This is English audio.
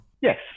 Yes